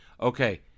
okay